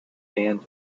band